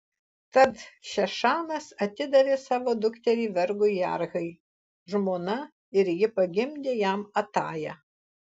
tad šešanas atidavė savo dukterį vergui jarhai žmona ir ji pagimdė jam atają